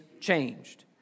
changed